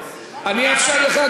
אני אאפשר גם לך.